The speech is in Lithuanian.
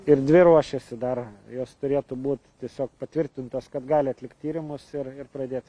ir dvi ruošėsi dar jos turėtų būt tiesiog patvirtintos kad gali atlikt tyrimus ir ir pradėt